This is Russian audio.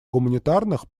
гуманитарных